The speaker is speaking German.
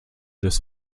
des